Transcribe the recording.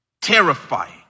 terrifying